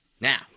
now